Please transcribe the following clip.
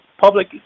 public